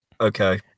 Okay